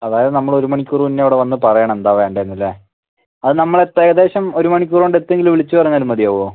അതായത് നമ്മൾ ഒരു മണിക്കൂർ മുന്നെ അവിടെ വന്നു പറയണം എന്താ വേണ്ടതെന്ന് അല്ലെ അത് നമ്മൾ ഇപ്പം ഏകദേശം ഒരു മണിക്കൂർ കൊണ്ട് എത്തിയെങ്കിൽ വിളിച്ചു പറഞ്ഞാലും മതിയാവുമോ